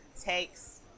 takes